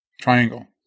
triangle